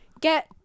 get